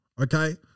Okay